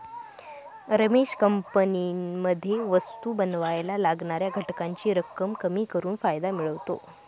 रमेश कंपनीमध्ये वस्तु बनावायला लागणाऱ्या घटकांची रक्कम कमी करून फायदा मिळवतो